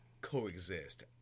coexist